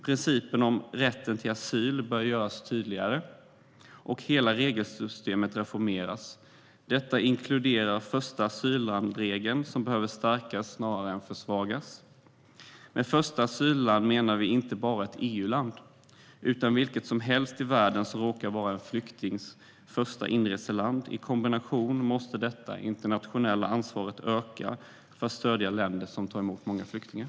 Principen om rätten till asyl bör göras tydligare och hela regelsystemet reformeras. Detta inkluderar första-asylland-regeln, som behöver stärkas snarare än försvagas. Med första asylland menar vi inte bara ett EU-land utan vilket land som helst i världen som råkar vara en flyktings första inreseland. I kombination med detta måste det internationella ansvaret öka för att stödja länder som tar emot många flyktingar.